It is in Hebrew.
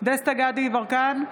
דסטה גדי יברקן,